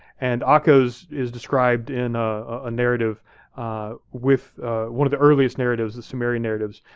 and aga is is described in a narrative with one of the earliest narratives, the sumerian narratives,